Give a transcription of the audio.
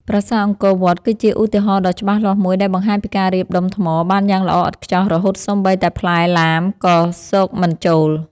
ប្រាសាទអង្គរវត្ត គឺជាឧទាហរណ៍ដ៏ច្បាស់លាស់មួយដែលបង្ហាញពីការរៀបដុំថ្មបានយ៉ាងល្អឥតខ្ចោះរហូតសូម្បីតែផ្លែឡាមក៏ស៊កមិនចូល។